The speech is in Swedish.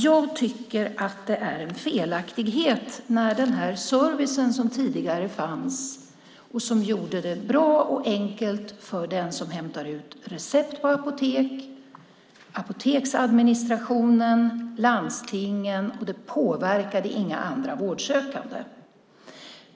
Jag tycker att det är en felaktighet med förändringen av den service som tidigare fanns som gjorde det bra och enkelt för den som hämtar ur recept på apotek, apoteksadministrationen, landstingen och som inte påverkade några andra vårdsökande.